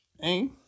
Hey